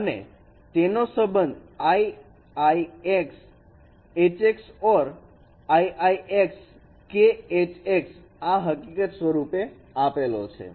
અને તેનો સંબંધ "i i x Hx or i i x kHx" આ હકીકત સ્વરૂપે આપેલો છે